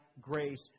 grace